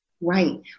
Right